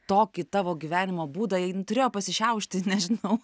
tokį tavo gyvenimo būdą turėjo pasišiaušti nežinau